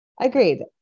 Agreed